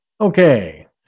Okay